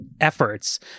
efforts